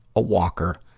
a walker,